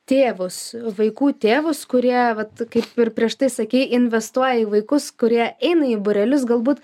tėvus vaikų tėvus kurie vat kaip ir prieš tai sakei investuoja į vaikus kurie eina į būrelius galbūt